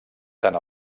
tant